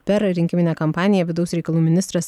per rinkiminę kampaniją vidaus reikalų ministras